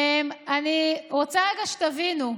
אני רוצה רגע שתבינו.